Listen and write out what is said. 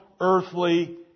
earthly